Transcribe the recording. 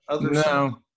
No